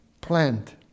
plant